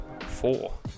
four